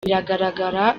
biragaragara